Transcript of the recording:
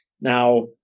Now